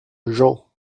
jean